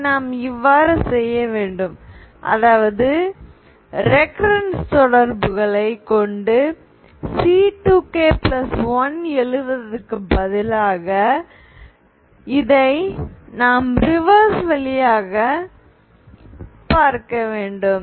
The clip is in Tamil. இதை நாம் இவ்வாறு செய்ய வேண்டும் அதாவது ரெகரன்ஸ் தொடர்புகளை கொண்டு C2k1 எழுதுவதற்கு பதிலாக இதை நாம் ரிவர்ஸ் வழியாக பார்க்க வேண்டும்